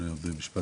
עידן, משפט